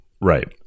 right